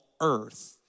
earth